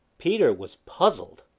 peter was puzzled.